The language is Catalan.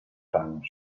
fangs